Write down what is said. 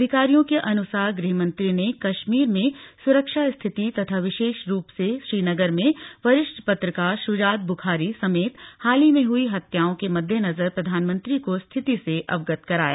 अधिकारियों के अनुसार गृहमंत्री ने कश्मीरि में सुरक्षा स्थिति तथा विशेष रूप से श्रीनगर में वरिष्ठक पत्रकार शुजात बुखारी समेत हाल ही में हुई हत्या ओं के मद्देनजर प्रधानमंत्री को स्थिति से अवगत कराया